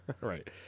right